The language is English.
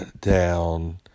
down